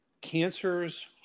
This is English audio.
cancers